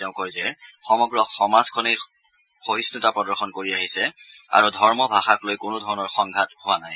তেওঁ কয় যে সমগ্ৰ সমাজখনে সহিষ্ণতা প্ৰদৰ্শন কৰি আহিছে আৰু ধৰ্ম ভাষাক লৈ কোনোধৰণৰ সংঘাত হোৱা নাই